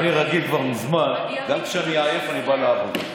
אני רגיל כבר מזמן שגם כשאני עייף, אני בא לעבוד.